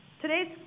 Today's